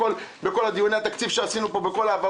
ראינו מה הם עשו בכל דיוני התקציב שערכנו פה על כל ההעברות,